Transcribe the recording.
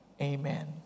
Amen